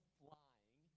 flying